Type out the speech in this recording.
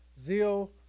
zeal